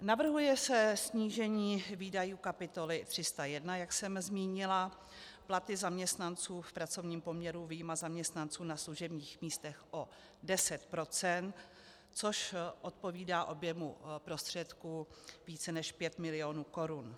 Navrhuje se snížení výdajů kapitoly 301, jak jsem zmínila, platy zaměstnanců v pracovním poměru vyjma zaměstnanců na služebních místech o 10 procent, což odpovídá objemu prostředků více než 5 mil. korun.